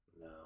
No